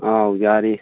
ꯑꯥꯎ ꯌꯥꯔꯤ